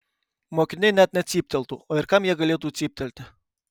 mokiniai net necypteltų o ir kam jie galėtų cyptelti